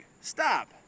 Stop